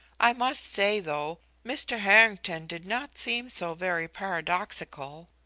i must say, though, mr. harrington did not seem so very paradoxical.